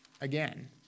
again